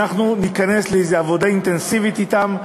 שאנחנו ניכנס לאיזה עבודה אינטנסיבית אתם,